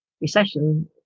recession